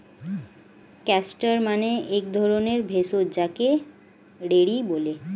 castor মানে এক ধরণের ভেষজ যাকে রেড়ি বলে